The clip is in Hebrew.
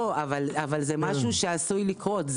זה משהו שעשוי לקרות.